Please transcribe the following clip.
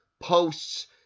posts